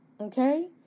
Okay